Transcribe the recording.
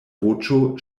voĉo